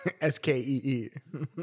s-k-e-e